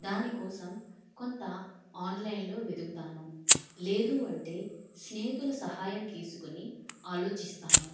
దాని కోసం కొంత ఆన్లైన్లో వెతుకుతాను లేదు అంటే స్నేహితుల సహాయం తీసుకుని ఆలోచిస్తాను